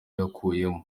yakuyemo